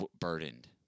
burdened